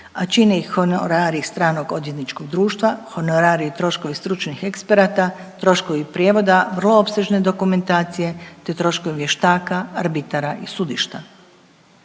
a čine ih honorari stranog odvjetničkog društva, honorari i troškovi stručnih eksperata, troškovi prijevoda vrlo opsežne dokumentacije, te troškovi vještaka, arbitara i sudišta.